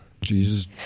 Jesus